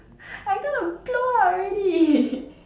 I gonna blow already